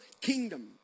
kingdom